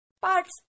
parts